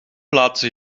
laten